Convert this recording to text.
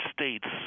states